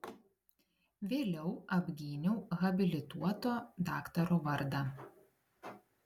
vėliau apgyniau habilituoto daktaro vardą